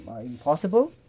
impossible